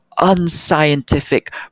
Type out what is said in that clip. unscientific